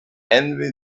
envy